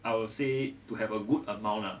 I would say to have a good amount lah